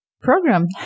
program